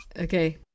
Okay